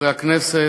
חברי הכנסת,